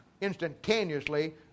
instantaneously